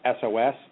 SOS